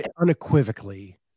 unequivocally